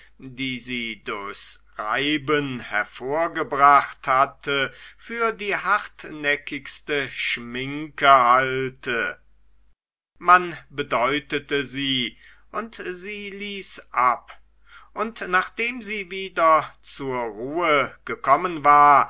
die sie durchs reiben hervorgebracht hatte für die hartnäckigste schminke halte man bedeutete sie und sie ließ ab und nachdem sie wieder zur ruhe gekommen war